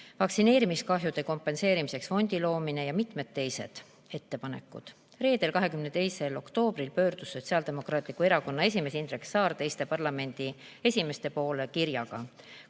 vaktsineerimiskahjude kompenseerimiseks fondi loomine ja mitmed teised ettepanekud. Reedel, 22. oktoobril pöördus Sotsiaaldemokraatliku Erakonna esimees Indrek Saar teiste parlamendifraktsioonide esimeeste poole kirjaga,